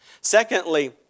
Secondly